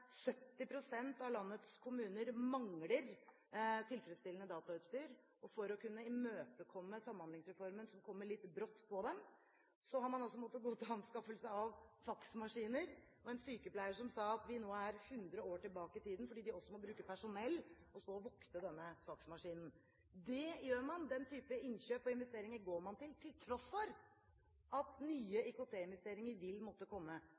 av landets kommuner mangler tilfredsstillende datautstyr. For å imøtekomme Samhandlingsreformen, som kom litt brått på dem, har man altså måttet gå til anskaffelse av faksmaskiner. En sykepleier sa at de nå er hundre år tilbake i tid, fordi de også må bruke personell til å stå og vokte denne faksmaskinen. Den type innkjøp og investeringer gjør man, til tross for at nye IKT-investeringer vil måtte komme.